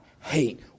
hate